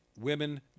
women